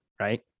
right